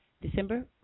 December